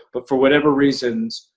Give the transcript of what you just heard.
but for whatever reasons,